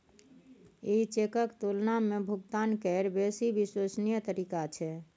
ई चेकक तुलना मे भुगतान केर बेसी विश्वसनीय तरीका छै